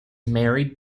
married